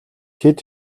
тэд